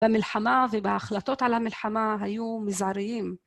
במלחמה ובהחלטות על המלחמה היו מזעריים.